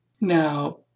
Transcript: Now